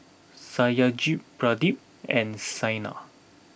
Satyajit Pradip and Saina